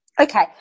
okay